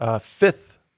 Fifth